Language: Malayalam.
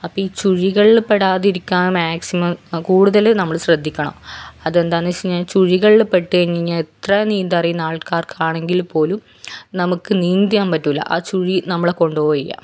അപ്പോള് ഈ ചുഴികളിൽ പെടാതിരിക്കാൻ മാക്സിമം കൂടുതല് നമ്മള് ശ്രദ്ധിക്കണം അതെന്താണെന്നു വെച്ചുകഴിഞ്ഞാല് ചുഴികളിൽപ്പെട്ടുകഴിഞ്ഞു കഴിഞ്ഞാല് എത്ര നീന്താന് അറിയുന്ന ആൾക്കാർക്കാണെങ്കിൽ പോലും നമുക്ക് നീന്താൻ പറ്റില്ല ആ ചുഴി നമ്മളെ കൊണ്ടുപോവ്വാ ചെയ്യുക